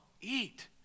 eat